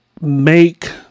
make